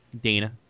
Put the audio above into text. Dana